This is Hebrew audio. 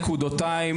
נקודתיים,